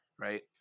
right